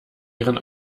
ihren